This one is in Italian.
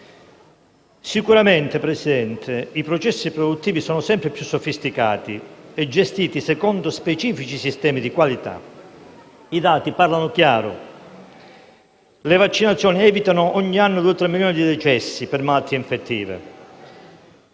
sicuramente i processi produttivi sono sempre più sofisticati e gestiti secondo specifici sistemi di qualità. I dati parlano chiaro. Le vaccinazioni evitano ogni anno milioni di decessi per malattie infettive.